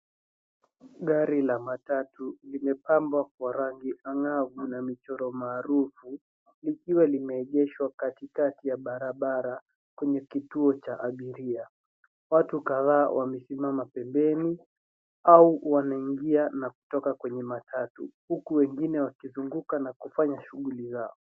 Gari la matatu limepambwa kwa rangi angavu na michoro maarufu likiwa limeegeshwa katika barabara yenye kituo cha abiria. Watu kadhaa wamesimama pembeni au wanaingia na kutoka kwenye matatu huku wengine wakizungukwa na kufanya shughuli zao.